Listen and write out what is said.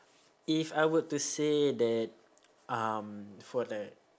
if I were to say that um for the